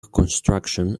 construction